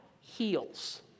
heals